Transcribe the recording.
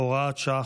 הוראת שעה,